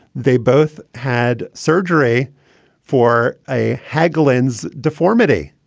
they both had surgery for a hoagland's deformity.